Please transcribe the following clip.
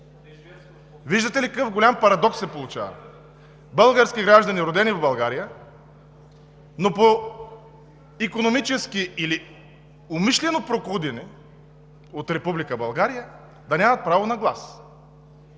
Виждате ли какъв голям парадокс се получава – български граждани, родени в България, но по икономически причини или умишлено прокудени от Република България да нямат право на глас.